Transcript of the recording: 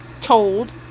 told